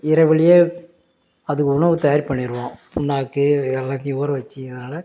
இரவுலேயே அதுக்கு உணவு தயார் பண்ணிடுவோம் புண்ணாக்கு இது எல்லாத்தையும் ஊற வச்சு இதனால்